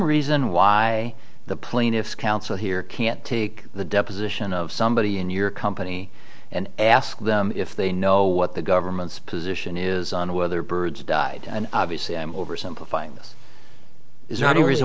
reason why the plaintiff's counsel here can't take the deposition of somebody in your company and ask them if they know what the government's position is on whether birds died and obviously i'm oversimplifying this it's not a reason